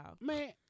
Man